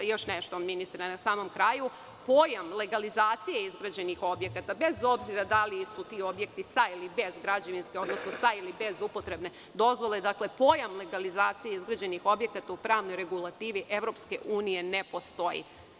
Još nešto, ministre, pojam legalizacije izgrađenih objekata, bez obzira da li su ti objekti sa ili bez građevinske, odnosno sa ili bez upotrebne dozvole, dakle, pojam legalizacije izgrađenih objekata u pravnoj regulativi EU ne postoji.